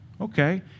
Okay